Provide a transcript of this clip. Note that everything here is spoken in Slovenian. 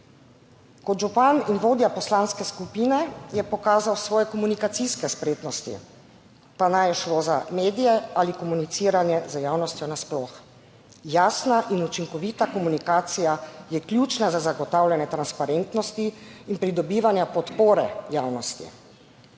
Kot župan in vodja poslanske skupine je pokazal svoje komunikacijske spretnosti, pa naj je šlo za medije ali komuniciranje z javnostjo nasploh. Jasna in učinkovita komunikacija je ključna za zagotavljanje transparentnosti in pridobivanja podpore javnosti.